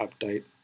update